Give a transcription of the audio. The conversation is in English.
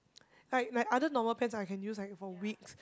like like other normal pens I can use like for weeks